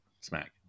smack